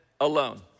alone